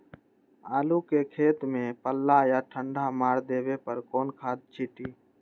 आलू के खेत में पल्ला या ठंडा मार देवे पर कौन खाद छींटी?